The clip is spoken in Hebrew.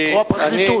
או הפרקליטות.